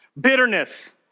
bitterness